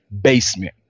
basement